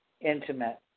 intimate